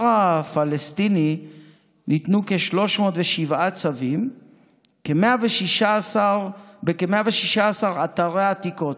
הפלסטיני ניתנו כ-307 צווים בכ-116 אתרי עתיקות,